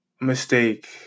Mistake